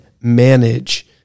manage